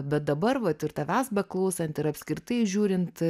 bet dabar vat ir tavęs beklausant ir apskritai žiūrint